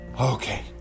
Okay